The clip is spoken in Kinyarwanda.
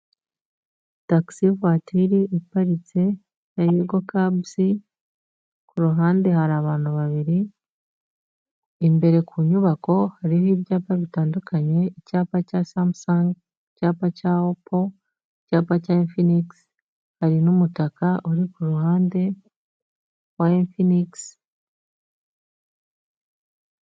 Tagisi vuwatire iparitse ya yego kabuzi, kuruhande hari abantu babiri, imbere ku nyubako hariho ibyapa bitandukanye, icyapa cya samusange, cyapa cya opo, icyapa cya imfinigisi, hari n'umutaka uri kuruhande wa imfinigisi.